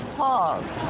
pause